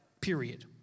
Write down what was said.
Period